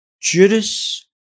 Judas